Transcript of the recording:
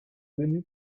venu